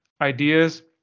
ideas